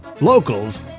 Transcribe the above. locals